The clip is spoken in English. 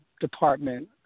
Department